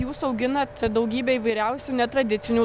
jūs auginat daugybę įvairiausių netradicinių